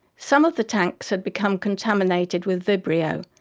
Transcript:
some of the tanks had become contaminated with vibrio,